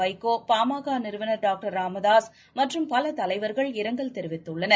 வைகோ பாமக நிறுவனர் டாக்டர் ராமதாஸ் மற்றும் பல தலைவர்கள் இரங்கல் தெரிவித்துள்ளனர்